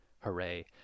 hooray